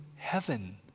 Heaven